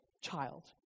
child